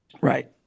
Right